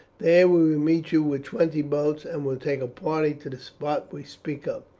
there we will meet you with twenty boats, and will take a party to the spot we speak of.